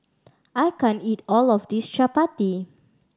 I can't eat all of this Chapati